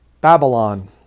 Babylon